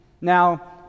now